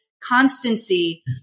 constancy